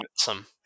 awesome